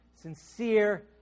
sincere